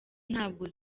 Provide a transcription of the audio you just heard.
ntabwo